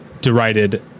derided